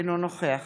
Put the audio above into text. אינו נוכח